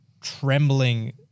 trembling